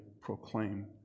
proclaim